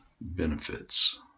benefits